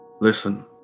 Listen